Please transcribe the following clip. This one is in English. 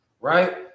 Right